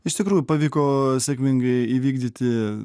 iš tikrųjų pavyko sėkmingai įvykdyti